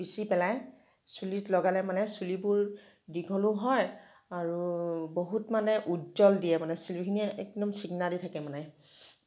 পিচি পেলাই চুলিত লগালে মানে চুলিবোৰ দীঘলো হয় আৰু বহুত মানে উজ্জ্বল দিয়ে মানে চুলিখিনি একদম চিক্না দি থাকে মানে